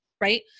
right